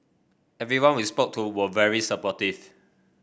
everyone we spoke to were very supportive